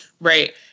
right